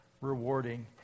rewarding